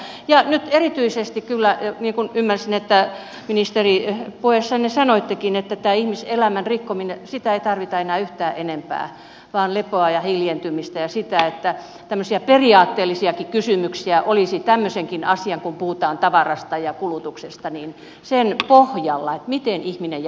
nyt erityisesti kyllä niin kuin ymmärsin että ministeri puheessanne sanoittekin tätä ihmiselämän rikkomista ei tarvita enää yhtään enempää vaan lepoa ja hiljentymistä ja sitä että tämmöisiä periaatteellisiakin kysymyksiä olisi tämmöisenkin asian pohjalla kun puhutaan tavarasta ja kulutuksesta että miten ihminen jaksaa